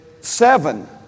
seven